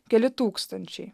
keli tūkstančiai